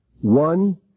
One